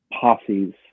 posses